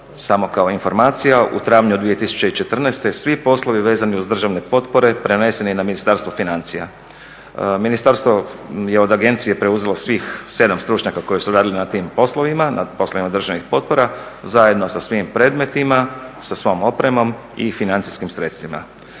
samo kao informacija u travnju 2014.svi poslovi vezani uz državne potpore preneseni i na Ministarstvo financija. Ministarstvo je od agencije preuzelo svih 7 stručnjaka koji su radili na tim poslovima, na poslovima državnih potpora zajedno sa svim predmetima, sa svom opremom i financijskim sredstvima.